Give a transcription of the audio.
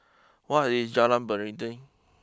what is Jalan Beringin